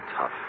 tough